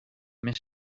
més